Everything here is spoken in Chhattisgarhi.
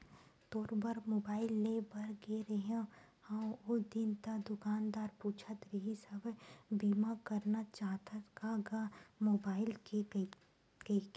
तोर बर मुबाइल लेय बर गे रेहें हव ओ दिन ता दुकानदार पूछत रिहिस हवय बीमा करना चाहथस का गा मुबाइल के कहिके